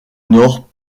nord